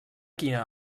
quina